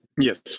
Yes